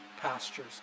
pastures